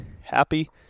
happy